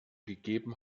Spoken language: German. gegeben